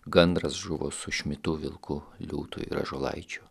gandras žuvo su šmitu vilku liūtu ir ąžuolaičiu